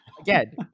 again